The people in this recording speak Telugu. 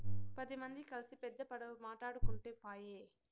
పది మంది కల్సి పెద్ద పడవ మాటాడుకుంటే పాయె